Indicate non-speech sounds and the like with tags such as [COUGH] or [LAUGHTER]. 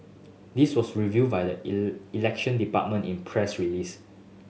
this was revealed by the [UNINTELLIGIBLE] Election Department in press release